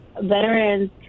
veterans